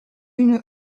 une